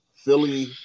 Philly